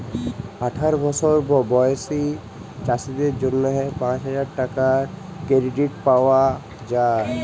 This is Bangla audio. আঠার বসর বয়েসী চাষীদের জ্যনহে পাঁচ হাজার টাকার কেরডিট পাউয়া যায়